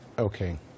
Okay